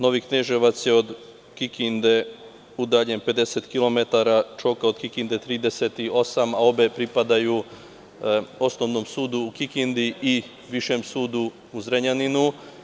Novi Kneževac je od Kikinde udaljen 50 kilometara, Čoka od Kikinde 38, a obe pripadaju Osnovnom sudu u Kikindi i Višem sudu u Zrenjaninu.